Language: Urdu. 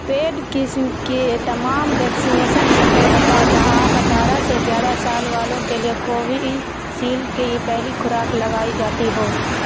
پیڈ قسم کے تمام ویکسینیشن سینٹر بتاؤ جہاں اٹھارہ سے زیادہ سال والوں کے لیے کوویشیلڈ کی پہلی خوراک لگائی جاتی ہو